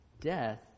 death